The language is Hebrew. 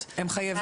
אם הבנתי נכון,